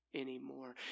anymore